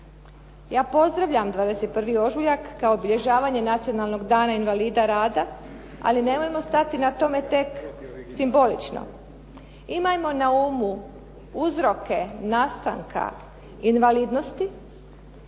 Ja pozdravljam 21. ožujak kao obilježavanje nacionalnog dana invalida rada, ali nemojmo stati na tome tek simbolično. Imajmo na umu uzroke nastanka invalidnosti,